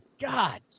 God